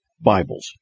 Bibles